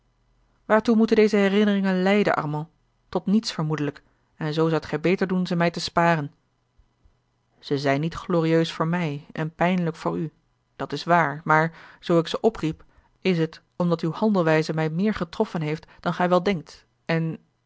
waartoe moeten deze herinneringen leiden armand tot niets vermoedelijk en zoo zoudt gij beter doen ze mij te sparen ze zijn niet glorieus voor mij en pijnlijk voor u dat is waar maar zoo ik ze opriep is het omdat uwe handelwijze mij meer getroffen heeft dan gij wel denkt en